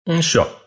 Sure